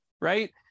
right